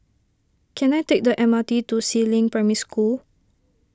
can I take the M R T to Si Ling Primary School